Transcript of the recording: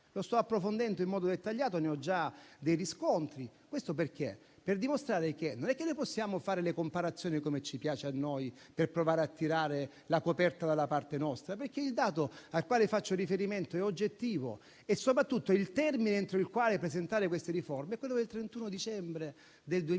Lo sto approfondendo in modo dettagliato e ne ho già dei riscontri. Questo per dimostrare che non possiamo fare le comparazioni come piace a noi, per provare a tirare la coperta dalla parte nostra, perché il dato a cui faccio riferimento è oggettivo. Soprattutto, il termine entro il quale presentare queste riforme è quello del 31 agosto 2023.